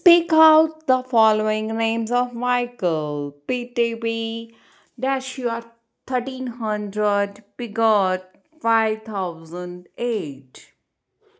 speak out the following names of Michael P T P dash R thirteen hundred Piggott five thousand eight